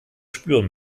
spüren